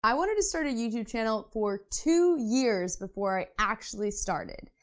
i wanted to start a youtube channel for two years before i actually started.